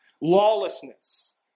Lawlessness